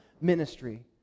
ministry